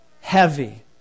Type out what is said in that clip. Heavy